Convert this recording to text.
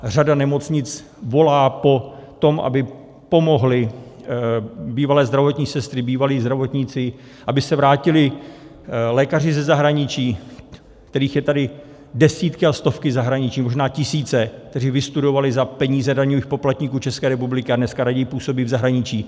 Řada nemocnic volá po tom, aby pomohly bývalé zdravotní sestry, bývalí zdravotníci, aby se vrátili lékaři ze zahraničí, kterých je tady desítky a stovky v zahraničí, možná tisíce, kteří vystudovali za peníze daňových poplatníků České republiky a dneska raději působí v zahraničí.